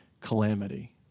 calamity